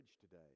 today